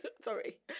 Sorry